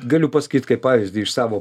galiu pasakyt kaip pavyzdį iš savo